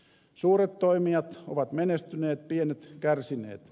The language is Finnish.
suuret toimijat ovat menestyneet pienet kärsineet